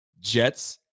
Jets